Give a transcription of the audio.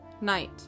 night